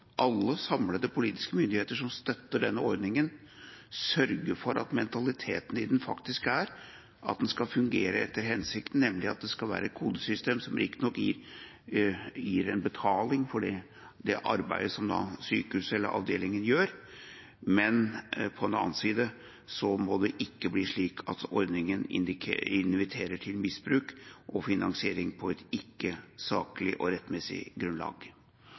alle samlede politiske myndigheter som støtter denne ordningen, sørger for at mentaliteten i den faktisk er at den skal fungere etter hensikten, nemlig at det skal være et kodesystem som riktignok gir en betaling for det arbeidet som sykehuset eller avdelingen gjør, men på den annen side må det ikke bli slik at ordningen inviterer til misbruk og finansiering på et ikke saklig og rettmessig grunnlag.